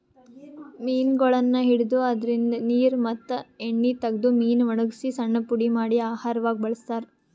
ಮೀನಗೊಳನ್ನ್ ಹಿಡದು ಅದ್ರಿನ್ದ ನೀರ್ ಮತ್ತ್ ಎಣ್ಣಿ ತಗದು ಮೀನಾ ವಣಗಸಿ ಸಣ್ಣ್ ಪುಡಿ ಮಾಡಿ ಆಹಾರವಾಗ್ ಬಳಸ್ತಾರಾ